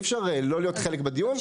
אי אפשר לא להיות חלק בדיון,